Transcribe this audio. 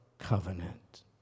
covenant